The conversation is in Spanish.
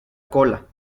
cola